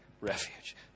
refuge